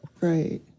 Right